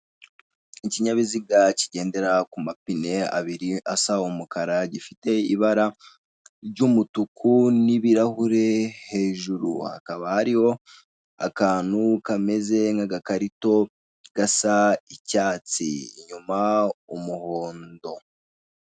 Ikinyabiziga kigendera ku mapine abiri asa umukara gifite ibara ry'umutuku n'ibirahure hejuru hakaba hariho akantu kameze nk'agakarito gasa icyatsi inyuma umuhondo.